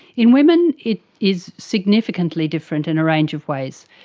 in women it is significantly different in a range of ways.